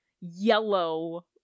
yellow